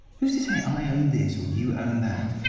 who's to say i own this or you own that?